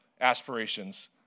aspirations